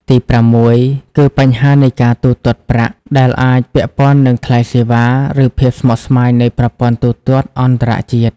ទីប្រាំមួយ គឺ បញ្ហានៃការទូទាត់ប្រាក់ ដែលអាចពាក់ព័ន្ធនឹងថ្លៃសេវា ឬភាពស្មុគស្មាញនៃប្រព័ន្ធទូទាត់អន្តរជាតិ។